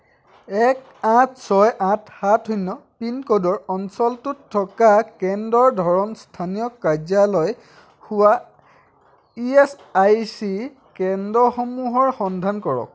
এক আঠ ছয় আঠ সাত শূণ্য পিনক'ডৰ অঞ্চলটোত থকা কেন্দ্ৰৰ ধৰণ স্থানীয় কাৰ্য্যালয় হোৱা ই এচ আই চি কেন্দ্ৰসমূহৰ সন্ধান কৰক